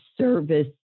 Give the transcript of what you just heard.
Service